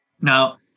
Now